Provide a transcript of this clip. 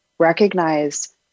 recognize